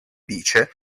dice